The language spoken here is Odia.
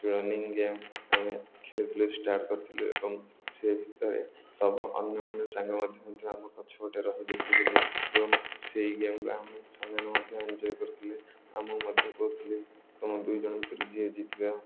ରନିଂ ଗେମ୍ ଆମେ ଖେଳୁଥିଲୁ ଷ୍ଟାର୍ଟ କରିଥିଲୁ ଏବଂ ସେ ଭିତରେ ସବୁ ଅନ୍ୟନ୍ୟ ସାଙ୍ଗ ମଧ୍ୟ ଆମ ଗଛ ପଟେ ରହି ଦେଖୁଥିଲେ ଏବଂ ସେଇ ଗେମ୍କୁ ଆମେ ସେମାନେ ମଧ୍ୟ ଏନ୍ଜୟ କରିୁଥିଲେ ଆମକୁ ମଧ୍ୟ କହୁଥିଲେ ତମ ଦୁଇଜଣ ଭିତରୁ ଯିଏ ଜିତିବ